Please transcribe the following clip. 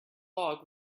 log